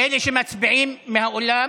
אלה שמצביעים מהאולם,